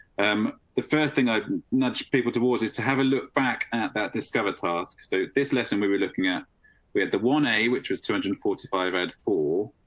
um the first thing i know people towards is to have a look back at that discovered task. so this lesson we were looking at we had the one a which was two hundred and forty five ad. cool.